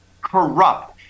corrupt